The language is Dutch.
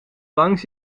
langs